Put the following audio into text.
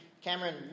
Cameron